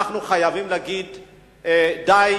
אנחנו חייבים להגיד די,